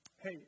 hey